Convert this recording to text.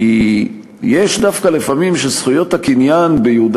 כי לפעמים יש דווקא שזכויות הקניין ביהודה